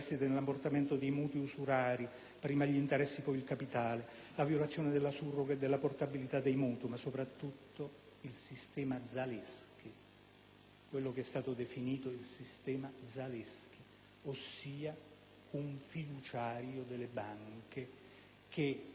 (prima gli interessi poi il capitale), la violazione della surroga e della portabilità dei mutui, ma soprattutto di quello che è stato definito il sistema Zaleski, ossia un fiduciario delle banche, a cui è stata erogata